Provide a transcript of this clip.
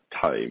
time